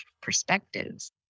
perspectives